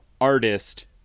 artist